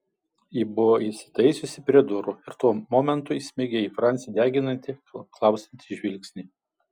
ji buvo įsitaisiusi prie durų ir tuo momentu įsmeigė į francį deginantį klausiantį žvilgsnį